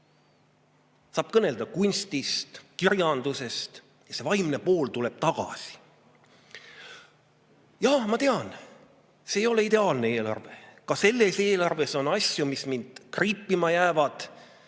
saavad kõnelda kunstist, kirjandusest – ja see vaimne pool tuleb tagasi. Jah, ma tean, see ei ole ideaalne eelarve, ka selles eelarves on asju, mis mind kriipima jäävad.